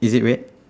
is it red